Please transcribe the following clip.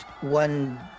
one